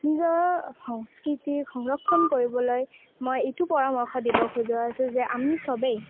নিজৰ সংস্কৃতিক সংৰক্ষণ কৰিবলৈ মই এইটো পৰামৰ্শ দিব বিচাৰিছোঁ যে আমি সবেই